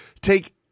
Take